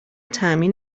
تأمین